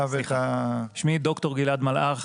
שמי ד"ר גלעד מלאך.